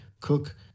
Cook